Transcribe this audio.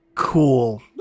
cool